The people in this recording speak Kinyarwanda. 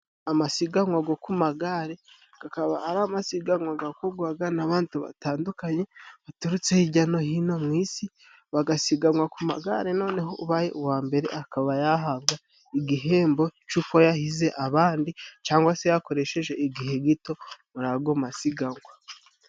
Amasiganwa gwo ku magareba gakaba ari amasiganwa gakorwagana n'abantu batandukanye baturutse hijya no hino mu isi, bagasiganwa ku magare, noneho ubaye uwa mbere akaba yahabwa igihembo c'uko yahize abandi, cangwa se yakoresheje igihe gito muri agwo masigangwa.